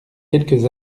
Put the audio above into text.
quelques